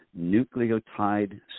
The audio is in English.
nucleotide